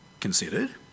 Considered